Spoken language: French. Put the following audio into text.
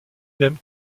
même